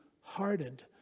hardened